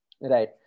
Right